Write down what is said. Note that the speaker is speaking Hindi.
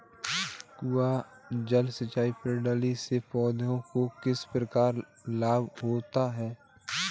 कुआँ जल सिंचाई प्रणाली से पौधों को किस प्रकार लाभ होता है?